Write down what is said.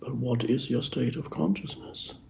what is your state of consciousness?